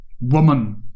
woman